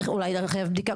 אולי לחייב בדיקה,